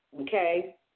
Okay